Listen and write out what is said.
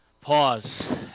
pause